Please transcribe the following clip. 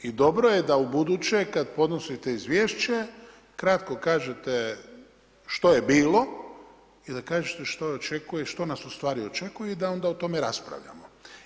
I dobro je da u buduće, kada podnosite izvješće kratko kažete što je bilo i da kažete što očekuje i što nas ustvari očekuje i da onda o tome raspravljamo.